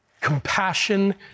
compassion